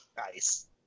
Nice